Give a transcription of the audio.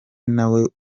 nawe